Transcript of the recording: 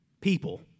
people